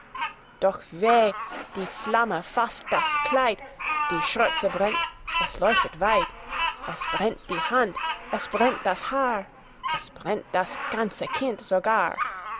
doch weh die flamme faßt das kleid die schürze brennt es leuchtet weit es brennt die hand es brennt das haar es brennt das ganze kind sogar